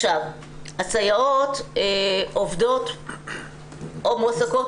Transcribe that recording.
הסייעות עובדות או מועסקות,